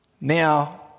Now